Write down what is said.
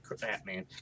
Batman